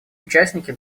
участники